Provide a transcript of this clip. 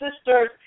sisters